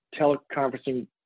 teleconferencing